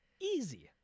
Easy